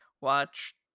watch